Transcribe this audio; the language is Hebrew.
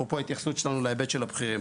אפרופו ההתייחסות שלנו להיבט של הבכירים.